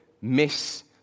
miss